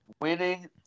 Winning